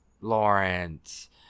Lawrence